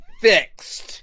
Fixed